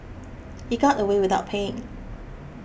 he got away without paying